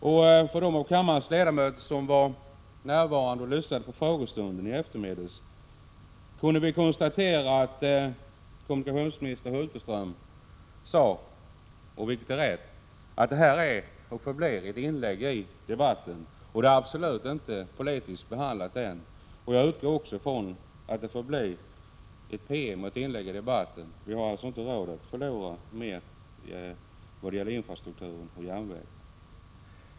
De av kammarens ledamöter som lyssnade på frågestunden i eftermiddags kunde konstatera att kommunikationsminister Hulterström sade — vilket är helt riktigt — att denna PM är och förblir ett inlägg i debatten. Den är inte politiskt behandlad än. Jag utgår från att det förblir en PM och ett inlägg i debatten. Vi har inte råd att förlora mer vad gäller infrastrukturer och järnväg.